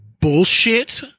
bullshit